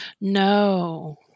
No